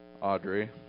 Audrey